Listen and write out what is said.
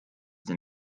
they